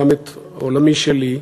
גם את עולמי שלי.